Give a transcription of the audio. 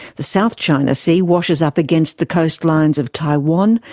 the south china sea washes up against the coastlines of taiwan,